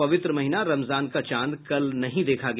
पवित्र महीना रमजान का चांद कल नहीं देखा गया